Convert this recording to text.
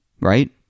right